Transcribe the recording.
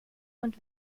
und